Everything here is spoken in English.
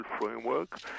framework